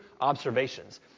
observations